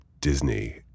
Disney